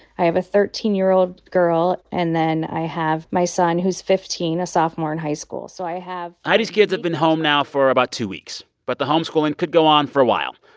i have a thirteen year old girl, and then i have my son, who's fifteen, a sophomore in high school. so i have. heidi's kids have been home now for about two weeks, but the homeschooling could go on for a while.